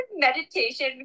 meditation